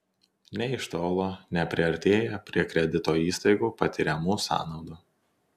nė iš tolo nepriartėja prie kredito įstaigų patiriamų sąnaudų